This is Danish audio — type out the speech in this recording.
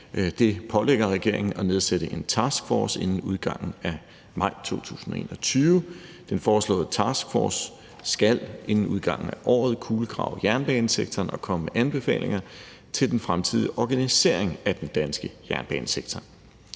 157, pålægger regeringen at nedsætte en taskforce inden udgangen af maj 2021. Den foreslåede taskforce skal inden udgangen af året kulegrave jernbanesektoren og komme med anbefalinger til den fremtidige organisering af den danske jernbanesektor.